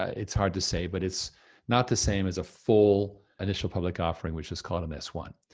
ah it's hard to say, but it's not the same as a full initial public offering, which is called in this one.